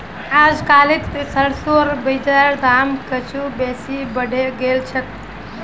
अजकालित सरसोर बीजेर दाम कुछू बेसी बढ़े गेल छेक